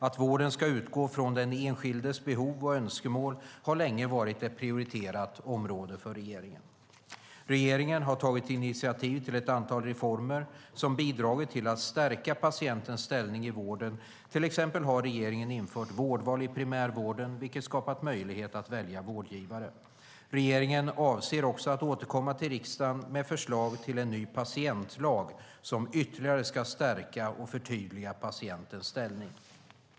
Att vården ska utgå från den enskildes behov och önskemål har länge varit ett prioriterat område för regeringen. Regeringen har tagit initiativ till ett antal reformer som bidragit till att stärka patientens ställning i vården; till exempel har regeringen infört vårdval i primärvården, vilket har skapat möjligheter att välja vårdgivare. Regeringen avser också att återkomma till riksdagen med förslag till en ny patientlag som ytterligare ska stärka och förtydliga patientens ställning.